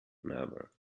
never